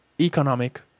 economic